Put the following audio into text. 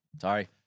Sorry